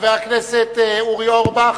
חבר הכנסת אורי אורבך,